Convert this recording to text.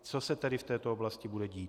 Co se tedy v této oblasti bude dít?